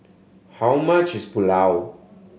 how much is Pulao